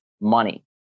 Money